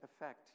effect